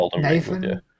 Nathan